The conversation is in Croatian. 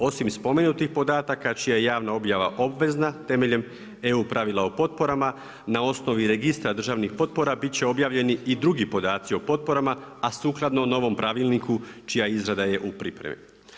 Osim spomenutih podatak, čija je javna objava obvezna temeljem EU pravila o potporama, na osnovi registra državnih potpora, biti će objavljeni i drugi podaci o potporama, a sukladno novom pravilniku čija izrada je u pripremi.